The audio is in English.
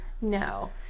No